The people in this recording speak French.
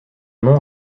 non